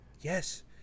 Yes